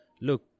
look